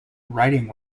writing